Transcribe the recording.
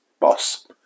boss